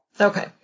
Okay